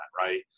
right